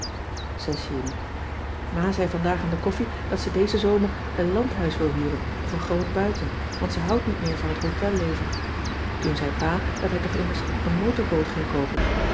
juni ma zei vandaag aan de koffie dat ze dezen zomer een landhuis wil huren of een groot buiten want ze houdt niet meer van het hotelleven toen zei pa dat hij toch immers een motorboot ging koopen